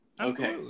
Okay